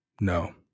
No